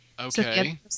Okay